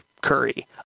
curry